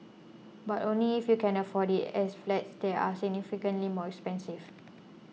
but only if you can afford it as flats there are significantly more expensive